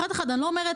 אני לא אומרת,